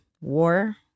war